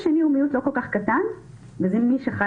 שוב,